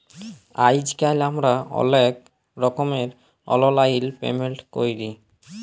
আইজকাল আমরা অলেক রকমের অললাইল পেমেল্ট ক্যরি